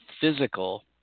physical